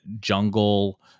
jungle